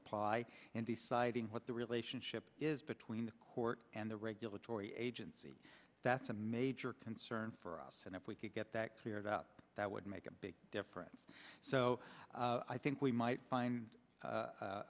apply in deciding what the relationship is between the court and the regulatory agency that's a major concern for us and if we could get that cleared up that would make a big difference so i think we might find